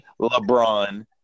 LeBron